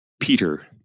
Peter